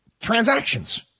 transactions